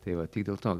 tai va tik dėl to